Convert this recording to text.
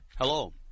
Hello